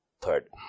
third